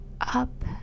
up